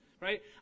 right